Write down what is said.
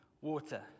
water